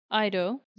Ido